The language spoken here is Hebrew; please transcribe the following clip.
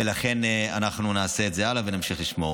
ולכן אנחנו נעשה את זה הלאה ונמשיך לשמור.